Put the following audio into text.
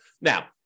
Now